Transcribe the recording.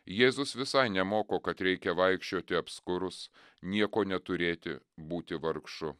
jėzus visai nemoko kad reikia vaikščioti apskurus nieko neturėti būti vargšu